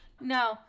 no